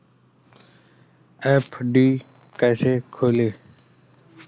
FD कैसे खोलें?